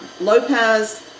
Lopez